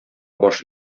баш